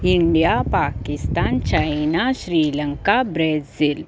India Pakistan China Sri Lanka Brazil